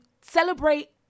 celebrate